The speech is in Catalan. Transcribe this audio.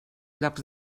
llocs